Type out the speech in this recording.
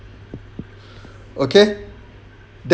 okay then